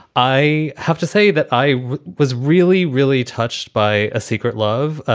i have to say that i was really, really touched by a secret love,